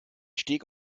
steg